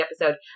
episode